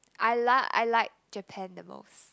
I lik~ I like Japan the most